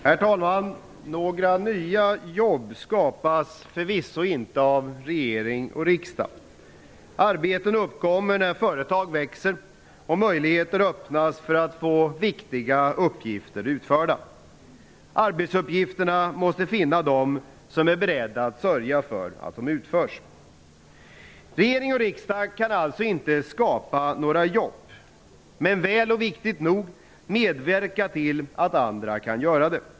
Herr talman! Några nya jobb skapas förvisso inte av regering och riksdag. Arbeten uppkommer när företag växer och möjligheter öppnas för att få viktiga uppgifter utförda. Arbetsuppgifterna måste finna dem som är beredda att sörja för att de utförs. Regering och riksdag kan alltså inte skapa några jobb, men man kan väl och viktigt nog medverka till att andra kan göra det.